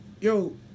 yo